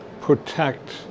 protect